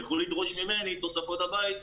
יכלו לדרוש ממני תוספות בבית,